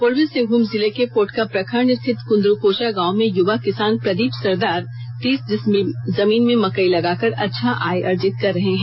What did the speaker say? पूर्वी सिंहभूम जिले के पोटका प्रखंड स्थित कुंदरूकोचा गांव में युवा किसान प्रदीप सरदार तीस डिसमिल जमीन में मकई लगाकर अच्छा आय अर्जित कर रहे हैं